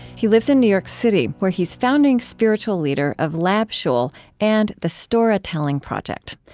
he lives in new york city, where he is founding spiritual leader of lab shul and the storahtelling project.